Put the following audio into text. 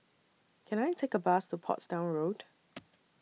Can I Take A Bus to Portsdown Road